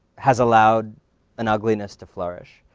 has allowed an ugliness to flourish.